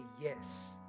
yes